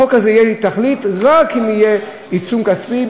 לחוק הזה תהיה תכלית רק אם יהיה עיצום כספי,